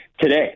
Today